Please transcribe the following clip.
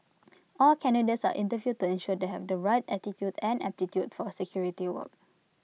all candidates are interviewed to ensure they have the right attitude and aptitude for security work